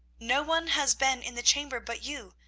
no one has been in the chamber but you.